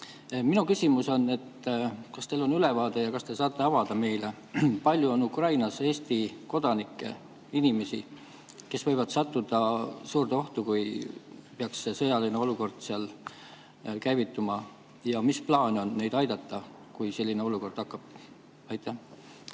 Minu küsimus on, kas teil on ülevaade ja kas te saate avada meile, kui palju on Ukrainas Eesti kodanikke, inimesi, kes võivad sattuda suurde ohtu, kui peaks sõjaline olukord seal käivituma. Ja mis plaan on neid aidata, kui selline olukord hakkab? Kristina